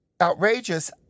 outrageous